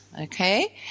okay